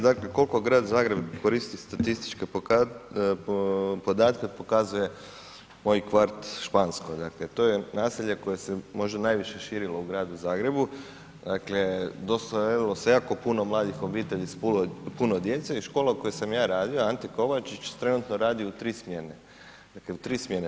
Dakle, koliko Grad Zagreb koristi statističke podatke pokazuje moj kvart Špansko, dakle, to je naselje koje se možda najviše širilo u Gradu Zagrebu, dakle, doselilo se jako puno mladih obitelji s puno djece i škola u kojoj sam ja radio, Ante Kovačić trenutno radi u tri smjene, dakle u tri smjene.